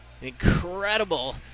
Incredible